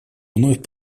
вновь